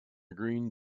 green